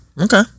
Okay